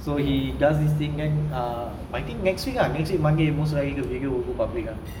so he does this thing then I think next week lah next week monday most likely the video goes public ah